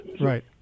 Right